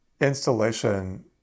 installation